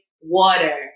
water